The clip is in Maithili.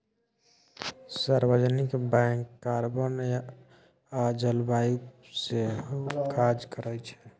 सार्वजनिक बैंक कार्बन आ जलबायु पर सेहो काज करै छै